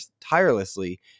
tirelessly